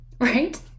Right